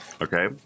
Okay